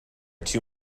too